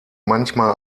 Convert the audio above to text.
manchmal